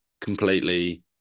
Completely